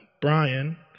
Brian